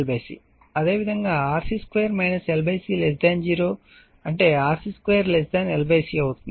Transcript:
అదేవిధంగా RC 2 LC 0 అంటే RC 2 L C అవుతుంది